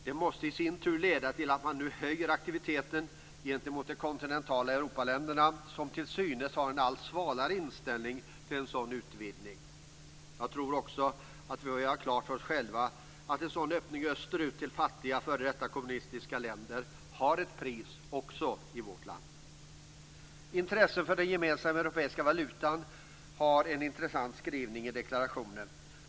Det måste i sin tur leda till att man nu höjer aktiviteten gentemot de kontinentala Europaländerna, som till synes visar en allt svalare inställning till en sådan utvidgning. Jag tror också att vi får göra klart för oss själva att en sådan öppning österut till fattiga f.d. kommunistiska länder har ett pris även i vårt land. Vad gäller intresset för den gemensamma europeiska valutan finns det en intressant skrivning i deklarationen.